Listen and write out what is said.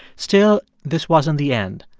still, this wasn't the end.